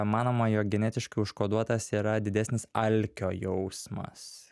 manoma jog genetiškai užkoduotas yra didesnis alkio jausmas